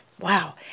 Wow